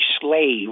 slave